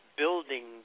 building